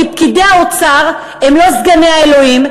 כי פקידי האוצר הם לא סגני האלוהים.